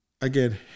Again